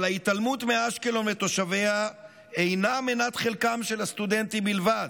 אבל ההתעלמות מאשקלון ומתושביה אינה מנת חלקם של הסטודנטים בלבד.